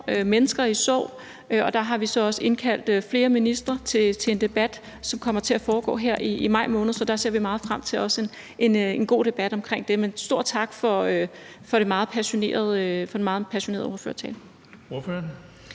mennesker i sorg, og der har vi så også indkaldt flere ministre til en debat, som kommer til at foregå her i maj måned. Så der ser vi også meget frem til en god debat omkring det. Men en stor tak for den meget passionerede ordførertale.